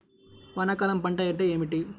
వానాకాలం పంట అంటే ఏమిటి?